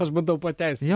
aš bandau pateisinti